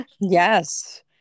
yes